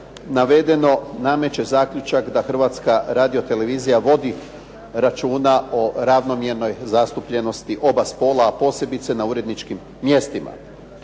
Navedeno nameće zaključak da Hrvatska radio-televizija vodi računa o ravnomjernoj zaposlenosti oba spola, a posebice na uredničkim mjestima.